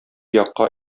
якка